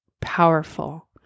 powerful